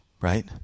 right